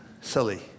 silly